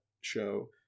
show